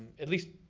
at least,